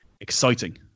exciting